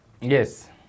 Yes